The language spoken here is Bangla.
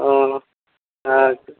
ও আচ্ছা